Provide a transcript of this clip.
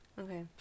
Okay